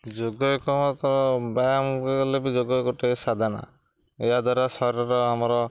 ଯୋଗ ଏକ ରକମକର ବ୍ୟାୟାମକୁ ଗଲେ ବି ଯୋଗ ଗୋଟେ ସାଧନା ଏହାଦ୍ୱାରା ଶରୀରର ଆମର